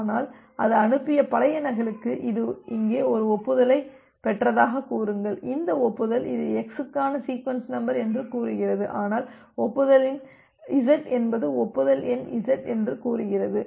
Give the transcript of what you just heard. ஆனால் அது அனுப்பிய பழைய நகலுக்கு இது இங்கே ஒரு ஒப்புதலைப் பெற்றதாகக் கூறுங்கள் இந்த ஒப்புதல் இது எக்ஸ் க்கான சீக்வென்ஸ் நம்பர் என்று கூறுகிறது ஆனால் ஒப்புதல் எண் இசட் என்பது ஒப்புதல் எண் இசட் என்று கூறுகிறது